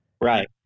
Right